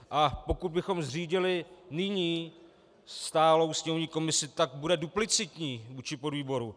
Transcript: A pokud bychom zřídili nyní stálou sněmovní komisi, tak bude duplicitní vůči podvýboru.